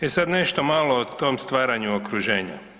E sad nešto malo o tom stvaranju okruženje.